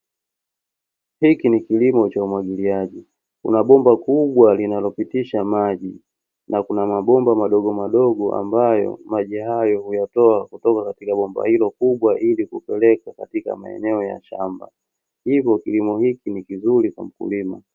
Hiki ni kilimo cha umwagiliaji, kuna bomba kubwa linalopitisha maji, na kuna mabomba madogomadogo ambayo, maji hayo huyatoa kutoka katika bomba hilo kubwa, ili kupeleka katika maeneo ya shamba, hivyo kilimo hiki ni kizuri kwa mkulima.